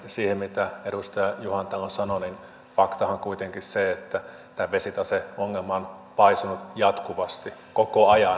siinä mitä edustaja juhantalo sanoi faktahan on kuitenkin se että tämä vesitaseongelma on paisunut jatkuvasti koko ajan